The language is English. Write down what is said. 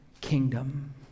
kingdom